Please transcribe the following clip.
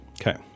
Okay